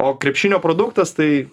o krepšinio produktas tai